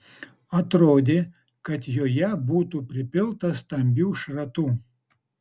atrodė kad joje būtų pripilta stambių šratų